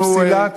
של פסילת,